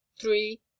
three